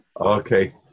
Okay